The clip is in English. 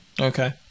okay